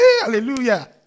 Hallelujah